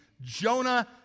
Jonah